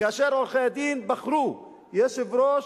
כאשר עורכי-הדין בחרו יושב-ראש,